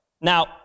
now